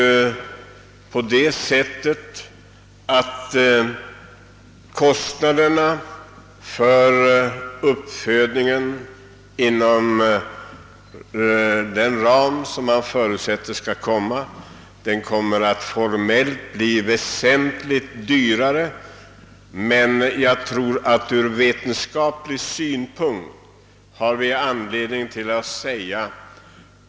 Kostnaderna för uppfödning av dessa djur kommer att bli väsentligt högre inom de anslagsramar som beräknas härför.